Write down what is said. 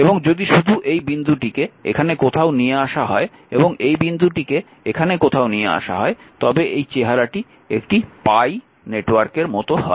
এবং যদি শুধু এই বিন্দুটিকে এখানে কোথাও নিয়ে আসা হয় এবং এই বিন্দুটিকে এখানে কোথাও নিয়ে আসা হয় তবে এই চেহারাটি একটি পাই নেটওয়ার্কের মত হয়